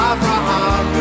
Abraham